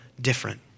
different